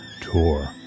tour